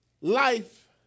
Life